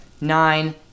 nine